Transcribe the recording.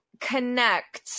connect